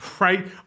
Right